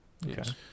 Yes